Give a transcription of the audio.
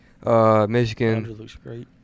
Michigan